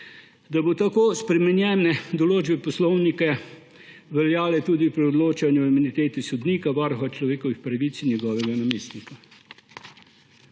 da bodo tako spremenjene določbe Poslovnika veljale tudi pri odločanju o imuniteti sodnika, varuha človekovih pravic in njegovega namestnika.